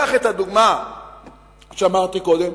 קח את הדוגמה שאמרתי קודם,